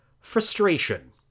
frustration